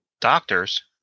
Doctors